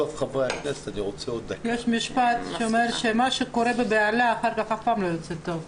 יש משפט שאומר שמה שקורה בבהלה אף פעם לא יוצא טוב.